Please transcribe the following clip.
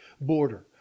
border